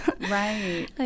Right